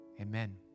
Amen